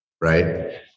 Right